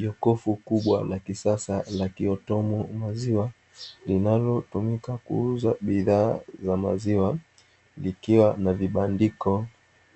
Jokofu kubwa la kisasa la kiotomu maziwa linalotumika kuuza bidhaa za maziwa likiwa na vibandiko